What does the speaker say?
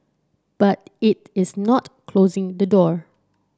but it is not closing the door